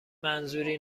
منظوری